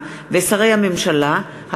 מניעת ריכוזיות בביקורת